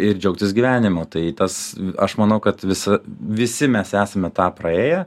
ir džiaugtis gyvenimu tai tas aš manau kad visa visi mes esame tą praėję